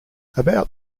about